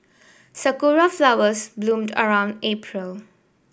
sakura flowers bloom around April